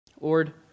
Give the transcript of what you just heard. Lord